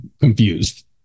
confused